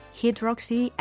hydroxy